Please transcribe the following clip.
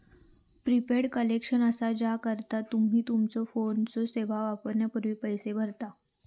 prepaid connection असा हा ज्याकरता तुम्ही तुमच्यो फोनची सेवा वापरण्यापूर्वी पैसो भरता